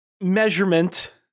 measurement